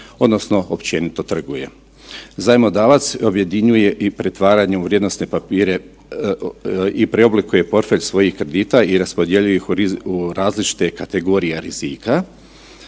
odnosno općenito trguje. Zajmodavac objedinjuje i pretvaranje u vrijednosne papire i preoblikuje portfelj svojih kredita i raspodjeljuje ih u različite kategorije rizika